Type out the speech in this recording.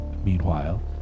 Meanwhile